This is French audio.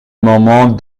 moment